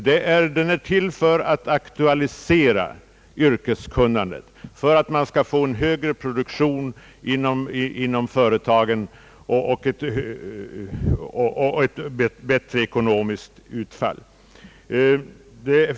De är till för att aktualisera yrkeskunnandet, för att få en högre produktion inom företagen och ett bättre ekonomiskt utfall.